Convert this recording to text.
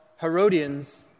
Herodians